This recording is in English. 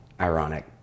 ironic